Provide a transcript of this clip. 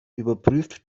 überprüft